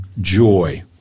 joy